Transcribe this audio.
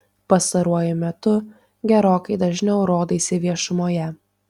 pastaruoju metu gerokai dažniau rodaisi viešumoje